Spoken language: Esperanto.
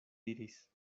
diris